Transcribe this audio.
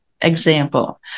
example